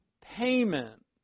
payment